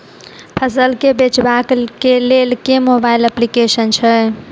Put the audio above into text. फसल केँ बेचबाक केँ लेल केँ मोबाइल अप्लिकेशन छैय?